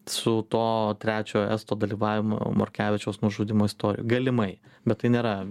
su to trečio esto dalyvavimu morkevičiaus nužudymo istorijoj galimai bet tai nėra